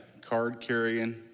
card-carrying